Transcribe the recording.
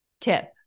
tip